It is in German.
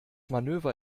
manöver